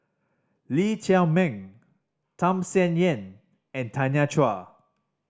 Lee Chiaw Meng Tham Sien Yen and Tanya Chua